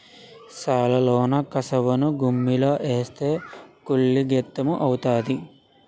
సాలలోన కసవను గుమ్మిలో ఏస్తే కుళ్ళి గెత్తెము అవుతాది